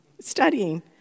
studying